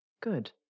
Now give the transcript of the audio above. Good